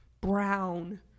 brown